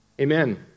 Amen